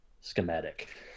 schematic